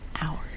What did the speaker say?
hours